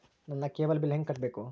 ನನ್ನ cable bill ಹೆಂಗ ಕಟ್ಟಬೇಕು?